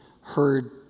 heard